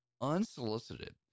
unsolicited